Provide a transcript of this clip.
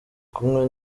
kumwe